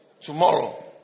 tomorrow